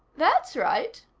that's right,